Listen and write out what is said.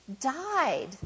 died